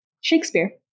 Shakespeare